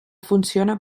funciona